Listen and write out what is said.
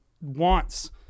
wants